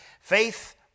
Faith